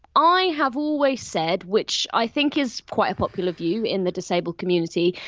i have always said, which i think is quite a popular view in the disabled community,